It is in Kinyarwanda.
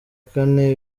kane